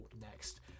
next